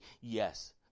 yes